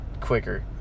quicker